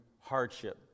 hardship